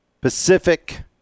Pacific